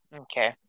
Okay